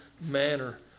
manner